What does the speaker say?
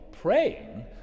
praying